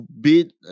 beat